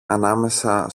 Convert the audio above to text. ανάμεσα